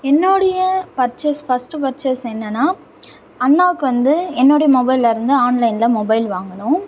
என்னுடைய purchase first purchase என்னென்னால் அண்ணாவுக்கு வந்து என்னுடைய மொபைலில் இருந்து ஆன்லைனில் மொபைல் வாங்கினோம்